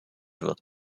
wird